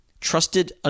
trusted